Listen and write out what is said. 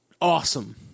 awesome